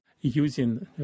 Using